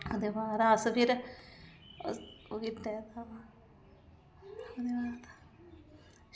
ओह्दे बाद अस फिर